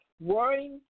worrying